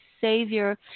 Savior